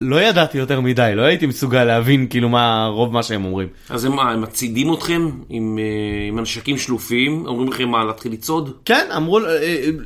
לא ידעתי יותר מדי לא הייתי מסוגל להבין כאילו מה רוב מה שהם אומרים אז הם מצעידים אתכם עם מנשקים שלופים אומרים לכם מה להתחיל לצעוד כן אמרו